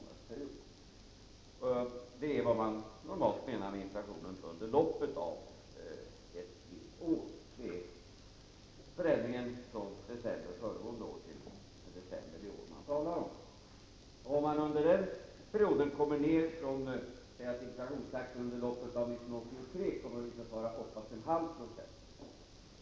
Det är vad man normalt menar med inflationen under loppet av ett visst år — det är förändringen från december föregående år till december det år man talar om. Säg att inflationstakten under loppet av 1983 kommer att visa sig vara 8,5 20.